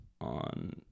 on